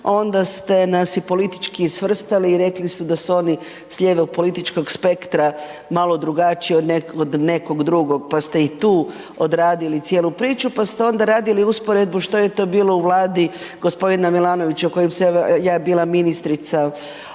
onda ste nas i politički svrstali i rekli su da su oni s ljeve u političkog spektra malo drugačiji od nekog drugog, pa ste i tu odradili cijelu priču, pa ste onda radili usporedbu što je to bilo u Vladi g. Milanovića u kojoj sam ja bila ministrica,